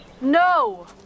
no